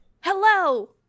Hello